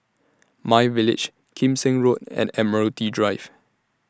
MyVillage Kim Seng Road and Admiralty Drive